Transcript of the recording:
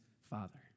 father